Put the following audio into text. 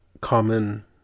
common